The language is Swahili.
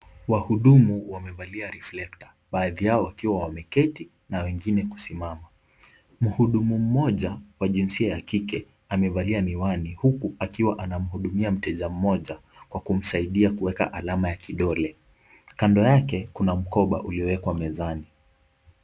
Wahudumu wamevalia reflector baadhi yao wakiwa wameketi na wengi kusimama, mhudumu mmoja wa jinsia ya kike amevalia miwani huku akimhudumia mteja mmoja kwa kumsaidia kuweka alama ya kidole, kando yake kuna mkoba uliyowekwa mezani.